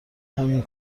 همین